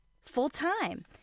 full-time